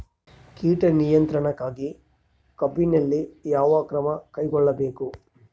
ಕೇಟ ನಿಯಂತ್ರಣಕ್ಕಾಗಿ ಕಬ್ಬಿನಲ್ಲಿ ಯಾವ ಕ್ರಮ ಕೈಗೊಳ್ಳಬೇಕು?